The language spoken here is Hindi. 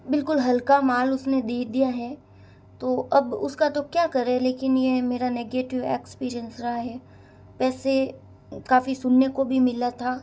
बिल्कुल हल्का माल उसने दे दिया है तो अब उसका तो क्या करें लेकिन ये मेरा नेगीटिव एक्सपीरियंस रहा है वैसे काफ़ी सुनने को भी मिल था